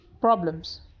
problems